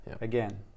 Again